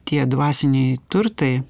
tie dvasiniai turtai